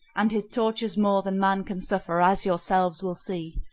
and his torture's more than man can suffer, as yourselves will see.